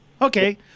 okay